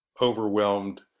overwhelmed